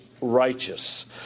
righteous